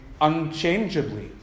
unchangeably